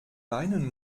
weinen